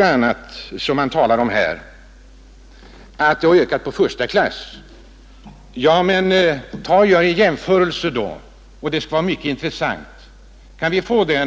Man säger att antalet kilometer ökat när det gäller första klass. Men gör då en jämförelse mellan första klass och andra klass! Det skulle vara mycket intressant. Kan vi få resultatet